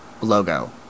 logo